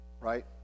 right